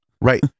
Right